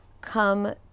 come